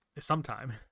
sometime